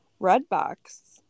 Redbox